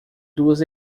duas